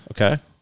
Okay